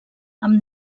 amb